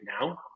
now